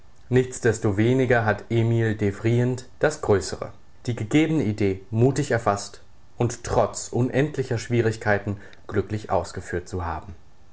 nichtsdestoweniger hat emil devrient das größere die gegebene idee mutig erfaßt und trotz unendlicher schwierigkeiten glücklich ausgeführt zu haben